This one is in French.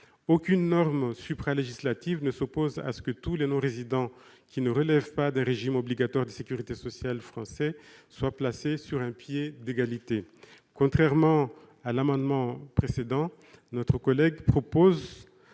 Aucune norme supra-législative ne s'oppose à ce que tous les non-résidents ne relevant pas d'un régime obligatoire de sécurité sociale français soient placés sur un pied d'égalité. Contrairement aux auteurs de l'amendement n° 435 rectifié , notre collègue propose